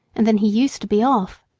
and then he used to be off.